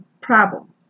problem